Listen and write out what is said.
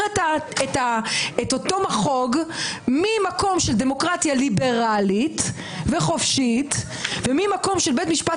את אותו מחוג ממקום של דמוקרטיה ליברלית וחופשית וממקום של בית משפט